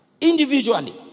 Individually